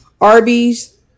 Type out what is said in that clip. Arby's